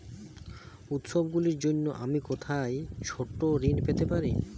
উত্সবগুলির জন্য আমি কোথায় ছোট ঋণ পেতে পারি?